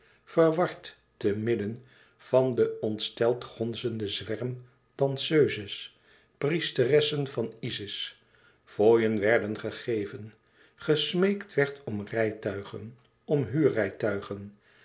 verward te midden van den ontsteld gonzenden zwerm danseuses priesteressen van isis fooien werden gegeven gesmeekt werd om rijtuigen om huurrijtuigen